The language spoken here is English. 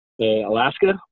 Alaska